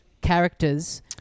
characters